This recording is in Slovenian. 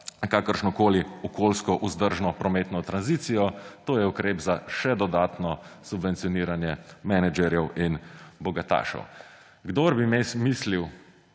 kakršnokoli okoljsko vzdržno prometno tranzicijo, to je ukrep za še dodatno subvencioniranje menedžerjev in bogatašev. Kdor bi res mislil